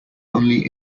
only